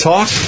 Talk